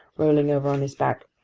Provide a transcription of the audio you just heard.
rolling over on his back.